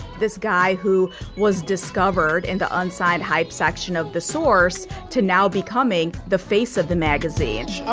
this guy who was discovered in the unsigned hype section of the source to now becoming the face of the magazine.